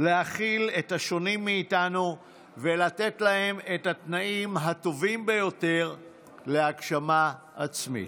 להכיל את השונים מאיתנו ולתת להם את התנאים הטובים ביותר להגשמה עצמית.